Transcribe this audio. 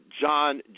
John